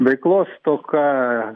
veiklos stoka